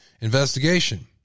investigation